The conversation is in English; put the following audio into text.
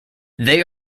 they